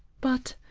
but,